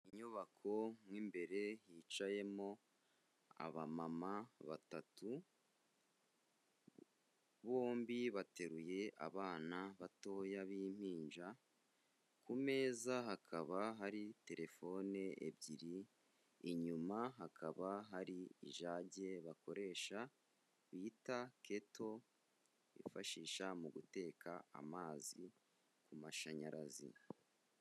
Inyubako mu ibere hicayemo abamama batatu, bombi bateruye abana batoya b'impinja, ku meza hakaba hari telefone ebyiri, inyuma hakaba hari ijage bakoresha bita keto, bifashisha mu guteka amazi ku mashanyarazi.